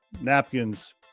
napkins